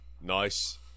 nice